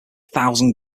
thousand